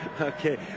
Okay